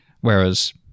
Whereas